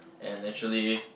and actually